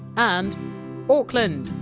and auckland!